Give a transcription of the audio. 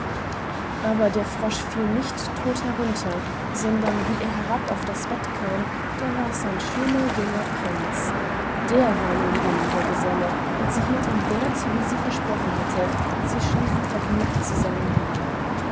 aber der frosch fiel nicht todt herunter sondern wie er herab auf das bett kam da wars ein schöner junger prinz der war nun ihr lieber geselle und sie hielt ihn werth wie sie versprochen hatte und sie schliefen vergnügt zusammen ein